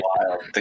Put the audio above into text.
Wild